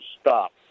stop